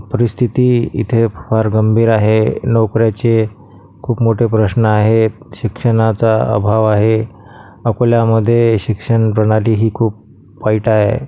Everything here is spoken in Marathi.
परिस्थिती इथे फार गंभीर आहे नोकऱ्याचे खूप मोठे प्रश्न आहे शिक्षणाचा अभाव आहे अकोल्यामध्ये शिक्षणप्रणाली ही खूप वाईट आहे